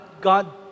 God